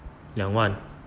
两万